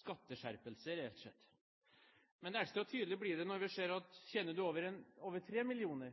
skatteskjerpelse reelt sett. Men ekstra tydelig blir det når vi ser at tjener du over